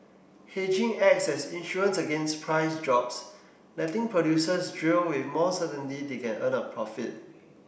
hedging acts as insurance against price drops letting producers drill with more certainty they can earn a profit